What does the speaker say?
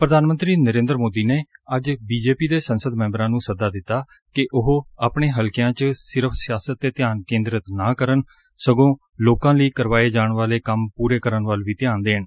ਪ੍ਰਧਾਨ ਮੰਤਰੀ ਨਰੇਂਦਰ ਸੋਦੀ ਨੇ ਅੱਜ ਬੀਜੇਪੀ ਦੇ ਸੰਸਦ ਮੈਂਬਰਾਂ ਨੂੰ ਸੱਦਾ ਦਿੱਤਾ ਕਿ ਉਹ ਆਪਣੇ ਹਲਕਿਆਂ ਚ ਸਿਰਫ਼ ਸਿਆਸਤ ਤੇ ਧਿਆਨ ਕੇਦਰਤ ਨਾ ਕਰਨ ਸਗੋ ਲੋਕਾ ਲਈ ਕਰਵਾਏ ਜਾਣ ਵਾਲੇ ਕੰਮ ਪੂਰੇ ਕਰਨ ਵੱਲ ਵੀ ਧਿਆਨ ਦੇਣ